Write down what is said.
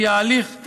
כי ההליך,